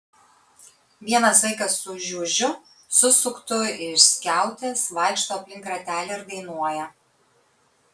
vienas vaikas su žiužiu susuktu iš skiautės vaikšto aplink ratelį ir dainuoja